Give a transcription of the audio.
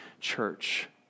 church